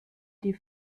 die